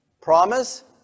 promise